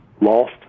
lost